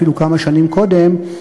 אפילו כמה שנים קודם,